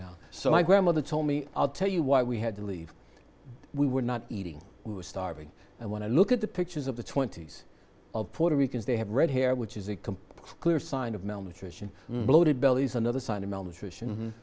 now so my grandmother told me i'll tell you why we had to leave we were not eating we were starving and when i look at the pictures of the twenty's of puerto ricans they have red hair which is a complete clear sign of malnutrition bloated bellies another sign of malnutrition